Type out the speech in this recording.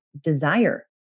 desire